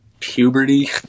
Puberty